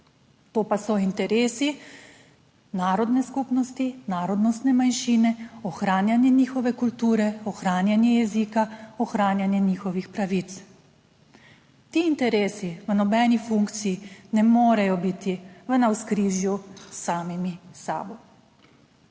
to pa so interesi narodne skupnosti, narodnostne manjšine, ohranjanje njihove kulture, ohranjanje jezika, ohranjanje njihovih pravic. Ti interesi v nobeni funkciji ne morejo biti v navzkrižju s samimi sabo.